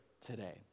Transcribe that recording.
today